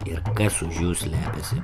ir kas už jų slepiasi